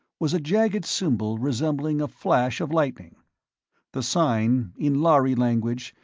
was a jagged symbol resembling a flash of lightning the sign, in lhari language,